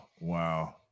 Wow